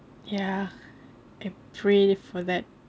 ya I pray for that